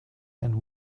and